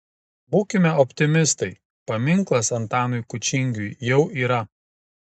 būkime optimistai paminklas antanui kučingiui jau yra